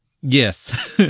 yes